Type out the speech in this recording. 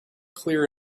clear